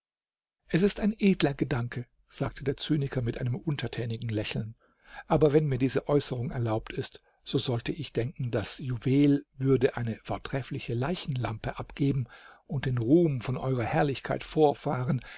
es ist ein edler gedanke sagte der zyniker mit einem untertänigen lächeln aber wenn mir diese äußerung erlaubt ist so sollte ich denken das juwel würde eine vortreffliche leichenlampe abgeben und den ruhm von ew herrlichkeit vorfahren